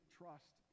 trust